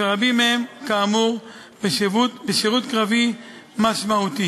ורבים מהם, כאמור, בשירות קרבי משמעותי.